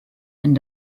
and